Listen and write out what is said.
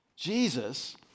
Jesus